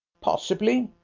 possibly,